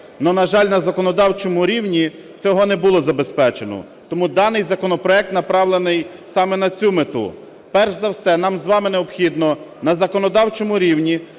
Но, на жаль, на законодавчому рівні цього не було забезпечено. Тому даний законопроект направлений саме на цю мету. Перш за все, нам з вами необхідно на законодавчому рівні